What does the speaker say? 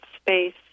space